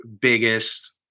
biggest